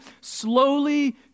slowly